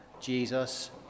Jesus